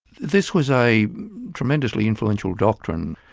this was a tremendously influential doctrine,